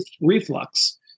reflux